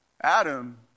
Adam